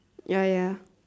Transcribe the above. ya ya